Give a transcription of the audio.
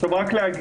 עכשיו רק להגיד,